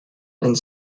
and